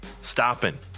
stopping